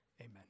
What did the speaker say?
Amen